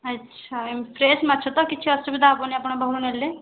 ଆଚ୍ଛା ଫ୍ରେସ ମାଛ ତ କିଛି ଅସୁବିଧା ହେବନାହିଁ ଆପଣଙ୍କ ପାଖରୁ ନେଲେ